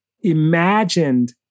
imagined